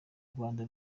rwanda